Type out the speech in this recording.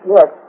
Yes